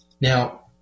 Now